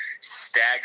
stagger